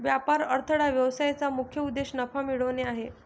व्यापार अडथळा व्यवसायाचा मुख्य उद्देश नफा मिळवणे आहे